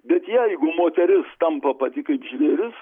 bet jeigu moteris tampa pati kaip žvėris